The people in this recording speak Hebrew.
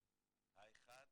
האחד,